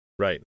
Right